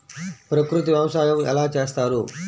ప్రకృతి వ్యవసాయం ఎలా చేస్తారు?